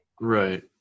Right